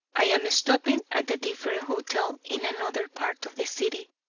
i am stopping at a different hotel in another part of the city,